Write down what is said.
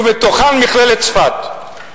ובתוכן מכללת צפת.